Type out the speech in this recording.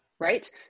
right